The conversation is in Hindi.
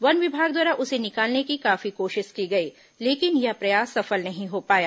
वन विभाग द्वारा उसे निकालने की काफी कोशिश की गई लेकिन यह प्रयास सफल नहीं हो पाया